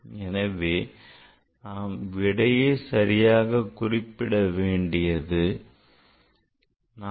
எனவே நாம் விடையாக குறிப்பிட வேண்டியது 45